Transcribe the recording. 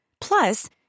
Plus